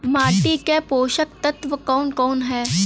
माटी क पोषक तत्व कवन कवन ह?